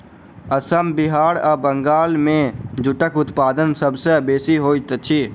असम बिहार आ बंगाल मे जूटक उत्पादन सभ सॅ बेसी होइत अछि